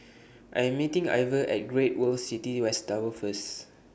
I Am meeting Iver At Great World City West Tower First